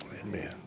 Amen